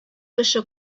кеше